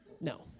no